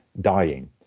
dying